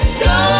go